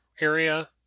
area